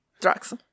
Drugs